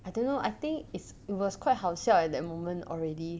I don't know I think is it was quite 好笑 at that moment already